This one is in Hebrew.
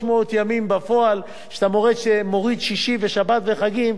300 ימים בפועל, כשאתה מוריד שישי, שבת וחגים,